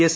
S